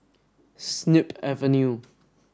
Snip Avenue